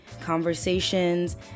conversations